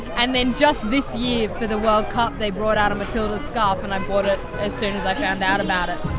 and just this year for the world cup they brought out a matildas scarf and i bought it as soon as i found out about it,